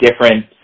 different